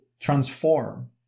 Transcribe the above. transform